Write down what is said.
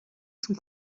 son